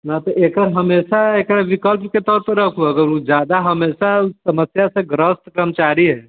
जेनाकि एकर हमेशा एकर विकल्प के तौर पर रखबो जादा हमेशा मतलब छै ग्रॉस करमचारी हय